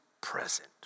present